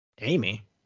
Amy